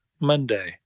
Monday